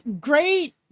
great